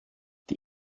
die